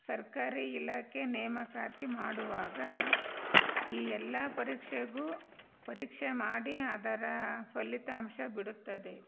ಸರ್ಕಾರಿ ಇಲಾಖೆ ನೇಮಕಾತಿ ಮಾಡುವಾಗ ಈ ಎಲ್ಲಾ ಪರೀಕ್ಷೆಗೂ ಪರೀಕ್ಷೆ ಮಾಡಿ ಅದರ ಫಲಿತಾಂಶ ಬಿಡುತ್ತದೆ